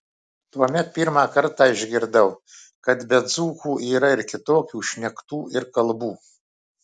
tuomet pirmą kartą išgirdau kad be dzūkų yra ir kitokių šnektų ir kalbų